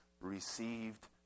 received